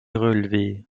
relevées